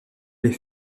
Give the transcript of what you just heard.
les